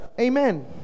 amen